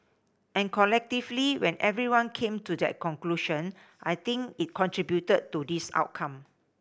and collectively when everyone came to that conclusion I think it contributed to this outcome